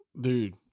Dude